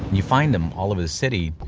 you find them all over the city.